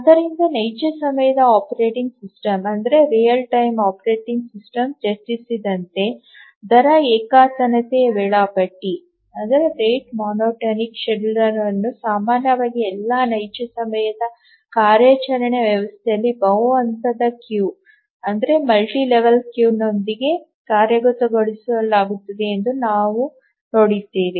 ಆದ್ದರಿಂದ ನೈಜ ಸಮಯದ ಆಪರೇಟಿಂಗ್ ಸಿಸ್ಟಮ್ ಅನುಷ್ಠಾನಗಳನ್ನು ಚರ್ಚಿಸಿದಂತೆ ದರ ಏಕತಾನತೆಯ ವೇಳಾಪಟ್ಟಿಯನ್ನು ಸಾಮಾನ್ಯವಾಗಿ ಎಲ್ಲಾ ನೈಜ ಸಮಯದ ಕಾರ್ಯಾಚರಣಾ ವ್ಯವಸ್ಥೆಗಳಲ್ಲಿ ಬಹು ಹಂತದ ಕ್ಯೂನೊಂದಿಗೆ ಕಾರ್ಯಗತಗೊಳಿಸಲಾಗುತ್ತದೆ ಎಂದು ನಾವು ನೋಡುತ್ತೇವೆ